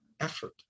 effort